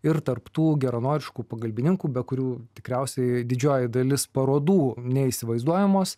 ir tarp tų geranoriškų pagalbininkų be kurių tikriausiai didžioji dalis parodų neįsivaizduojamos